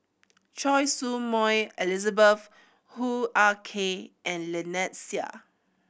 Choy Su Moi Elizabeth Hoo Ah Kay and Lynnette Seah